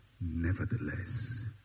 Nevertheless